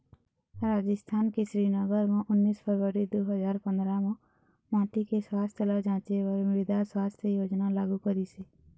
राजिस्थान के श्रीगंगानगर म उन्नीस फरवरी दू हजार पंदरा म माटी के सुवास्थ ल जांचे बर मृदा सुवास्थ योजना लागू करिस हे